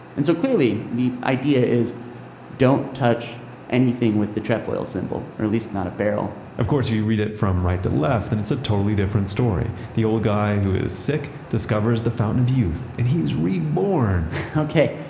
and so clearly, the idea is don't touch anything with the trefoil symbol or at least not a barrel of course, you read it from right to left. and it's a totally different story. the old guy who is sick discovers the fountain of youth. and he is reborn okay.